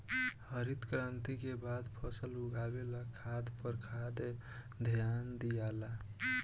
हरित क्रांति के बाद से फसल उगावे ला खाद पर खास ध्यान दियाला